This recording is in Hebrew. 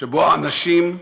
שבו האנשים,